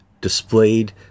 displayed